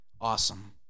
Awesome